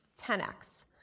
10x